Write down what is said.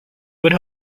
would